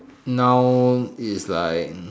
noun is like